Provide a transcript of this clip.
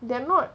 they're not